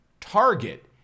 target